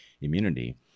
immunity